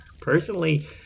personally